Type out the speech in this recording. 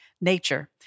nature